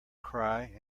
cry